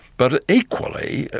but equally,